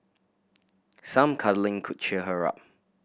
some cuddling could cheer her up